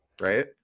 right